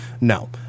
No